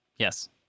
Yes